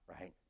right